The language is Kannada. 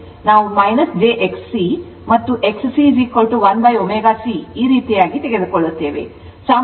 ನಾವು jXC ಮತ್ತು XC 1ω C ಈ ರೀತಿಯಾಗಿ ತೆಗೆದುಕೊಳ್ಳುತ್ತೇವೆ